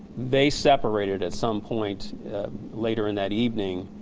they separated at some point later in that evening.